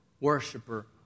worshiper